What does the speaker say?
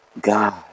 God